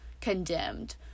condemned